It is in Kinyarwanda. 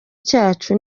cyacu